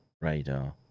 radar